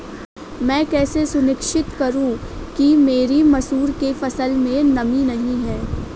मैं कैसे सुनिश्चित करूँ कि मेरी मसूर की फसल में नमी नहीं है?